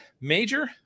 major